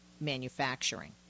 manufacturing